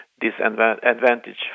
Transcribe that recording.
disadvantage